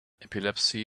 epilepsy